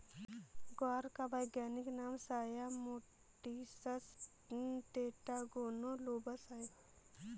ग्वार का वैज्ञानिक नाम साया मोटिसस टेट्रागोनोलोबस है